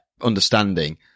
understanding